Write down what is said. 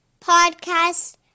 podcast